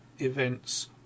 events